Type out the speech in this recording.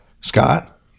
Scott